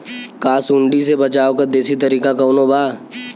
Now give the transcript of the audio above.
का सूंडी से बचाव क देशी तरीका कवनो बा?